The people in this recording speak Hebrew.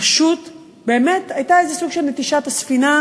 פשוט, באמת, זה היה איזה סוג של נטישת הספינה,